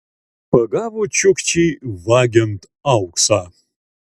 pagavo čiukčį vagiant auksą